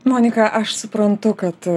monika aš suprantu kad